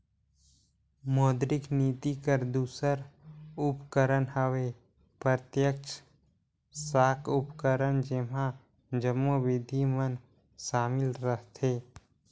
मौद्रिक नीति कर दूसर उपकरन हवे प्रत्यक्छ साख उपकरन जेम्हां जम्मो बिधि मन सामिल रहथें